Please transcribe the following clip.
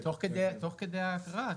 תוך כדי ההקראה,